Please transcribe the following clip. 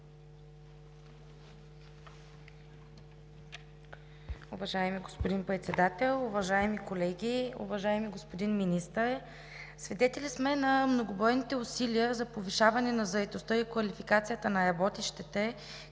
Уважаеми господин Председател, уважаеми колеги, уважаеми господин Министър! Свидетели сме на многобройните усилия за повишаване на заетостта и квалификацията на работещите,